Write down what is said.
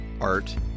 art